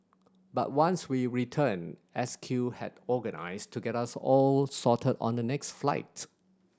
but once we returned S Q had organised to get us all sorted on the next flights